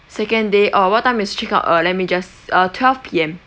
second day oh what time is check out uh let me just uh twelve P_M